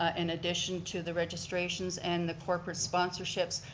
and addition to the registrations and the corporate sponsorships.